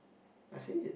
I said